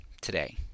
today